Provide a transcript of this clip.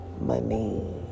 money